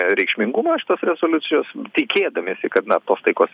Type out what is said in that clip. reikšmingumą šitos rezoliucijos tikėdamiesi kad na tos taikos